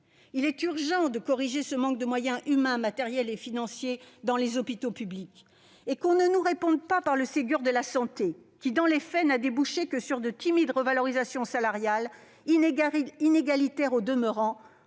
Il est urgent de corriger ce manque de moyens humains, matériels et financiers dans les hôpitaux publics ; et que l'on ne nous réponde pas en citant le Ségur de la santé qui, dans les faits, n'a débouché que sur de timides revalorisations salariales, inégalitaires au demeurant,